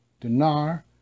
dinar